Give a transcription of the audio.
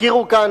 הזכירו כאן,